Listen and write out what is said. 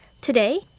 Today